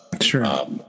Sure